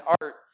art